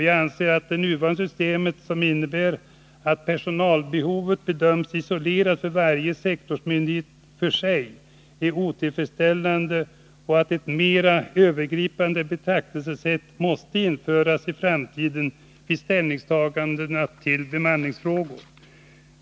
Jag anser att det nuvarande systemet, som innebär att personalbehovet bedöms isolerat av varje sektorsmyndighet för sig, är otillfredsställande och att ett mera övergripande betraktelsesätt måste införas i framtiden vid ställningstaganden i bemanningsfrågor.